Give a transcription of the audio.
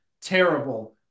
terrible